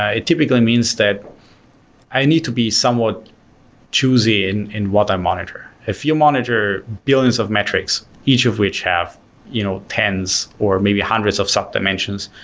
it typically means that i need to be somewhat choosy in in what i monitor. if you monitor billions of metrics, each of which have you know tens or maybe hundreds of sub dimensions,